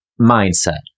mindset